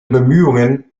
bemühungen